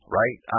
right